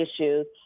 issues